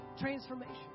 Transformation